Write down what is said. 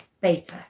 Beta